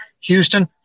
Houston